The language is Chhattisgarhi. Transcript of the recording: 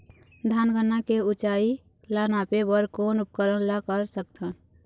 धान गन्ना के ऊंचाई ला नापे बर कोन उपकरण ला कर सकथन?